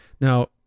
Now